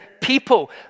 people